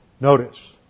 Notice